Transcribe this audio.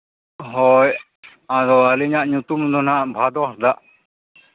ᱦᱳᱭ ᱟᱫᱚ ᱟᱹᱞᱤᱧᱟᱜ ᱧᱩᱛᱩᱢ ᱫᱚ ᱦᱟᱸᱜ ᱵᱷᱟᱫᱚ ᱦᱟᱸᱥᱫᱟᱜ